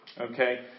Okay